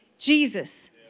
Jesus